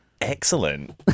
excellent